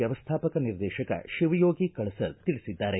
ವ್ಯವಸ್ಥಾಪಕ ನಿರ್ದೇಶಕ ಶಿವಯೋಗಿ ಕಳಸದ ತಿಳಿಸಿದ್ದಾರೆ